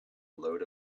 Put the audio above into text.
load